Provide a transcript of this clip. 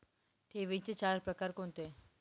ठेवींचे चार प्रकार कोणते?